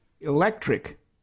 electric